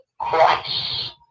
Christ